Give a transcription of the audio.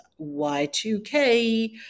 Y2K